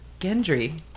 Gendry